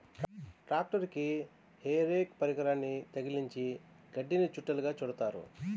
ట్రాక్టరుకి hay rake పరికరాన్ని తగిలించి గడ్డిని చుట్టలుగా చుడుతారు